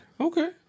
Okay